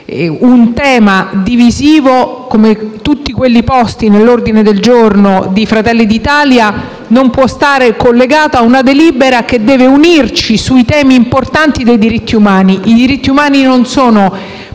Un tema divisivo, come tutti quelli posti nell'ordine del giorno di Fratelli d'Italia, non può essere collegato a una delibera che deve unirci sui temi importanti dei diritti umani. I diritti umani non sono